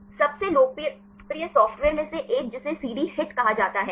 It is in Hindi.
सबसे लोकप्रिय सॉफ्टवेयर में से एक जिसे CD HIT कहा जाता है